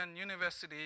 University